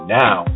now